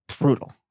Brutal